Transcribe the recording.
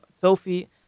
Sophie